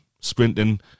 sprinting